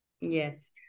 yes